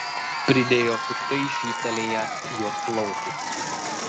pridėjo piktai šyptelėjęs juodplaukis